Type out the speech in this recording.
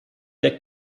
der